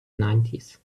nineties